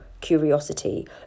curiosity